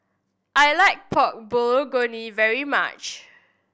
I like Pork Bulgogi very much